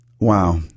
wow